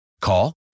Call